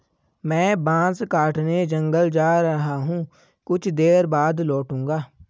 मैं बांस काटने जंगल जा रहा हूं, कुछ देर बाद लौटूंगा